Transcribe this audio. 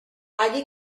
allí